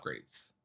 upgrades